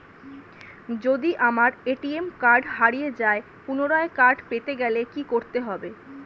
যদি আমার ATM card হারিয়ে যায় পুনরায় কার্ড পেতে গেলে কি করতে হবে?